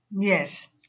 Yes